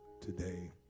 today